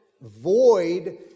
void